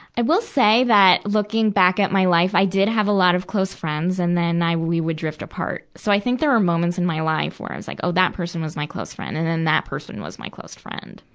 i will say that, looking back at my life, i did have a lot of close friends. and then i, we would drift apart. so i think there are moments in my life where i was like, oh, that person was my close friend. and then that person was my close friend.